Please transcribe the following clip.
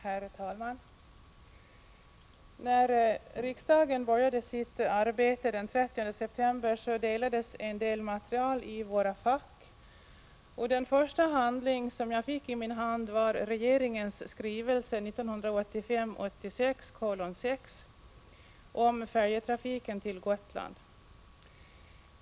Herr talman! När riksdagen började sitt arbete den 30 september utdelades material i våra fack, och den första handling jag fick i min hand var regeringens skrivelse 1985/86:6 om färjetrafiken till Gotland.